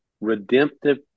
Redemptive